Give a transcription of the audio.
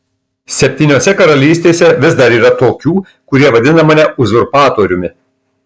septyniose karalystėse vis dar yra tokių kurie vadina mane uzurpatoriumi